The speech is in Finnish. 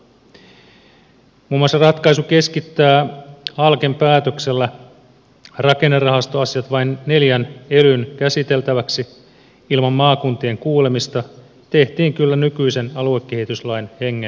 muun muassa ratkaisu keskittää halken päätöksellä rakennerahastoasiat vain neljän elyn käsiteltäväksi ilman maakuntien kuulemista tehtiin kyllä nykyisen aluekehityslain hengen vastaisesti